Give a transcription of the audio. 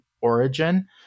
origin